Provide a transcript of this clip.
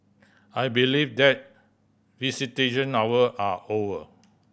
I believe that visitation hour are over